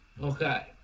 Okay